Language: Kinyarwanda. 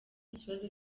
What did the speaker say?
ikibazo